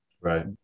Right